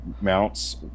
mounts